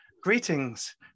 Greetings